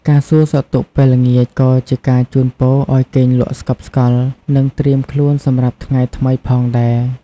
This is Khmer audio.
ការសួរសុខទុក្ខពេលល្ងាច ក៏ជាការជូនពរឲ្យគេងលក់ស្កប់ស្កល់ និងត្រៀមខ្លួនសម្រាប់ថ្ងៃថ្មីផងដែរ។